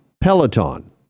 Peloton